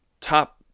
top